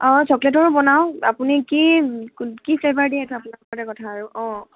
অঁ চকলেটৰো বনাওঁ আপুনি কি কি ফ্লেভাৰ দিয়ে সেইটো আপোনালোকৰ কথা আৰু অঁ